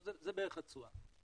אבל זה בערך התשואה.